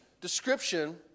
description